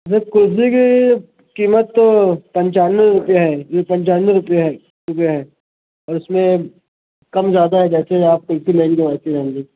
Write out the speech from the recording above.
سر کلفی کی قیمت تو پنچانوے روپئے ہے پنچانوے روپئے ہے روپئے ہے اور اس میں کم زیادہ ہے جیسے آپ کلفی لیں گے ویسی رہیں گی